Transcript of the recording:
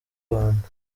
rwanda